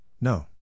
no